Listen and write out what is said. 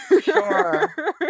Sure